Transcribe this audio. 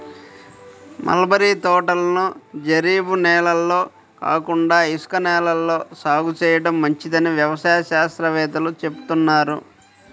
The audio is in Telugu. మలబరీ తోటలను జరీబు నేలల్లో కాకుండా ఇసుక నేలల్లో సాగు చేయడం మంచిదని వ్యవసాయ శాస్త్రవేత్తలు చెబుతున్నారు